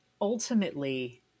ultimately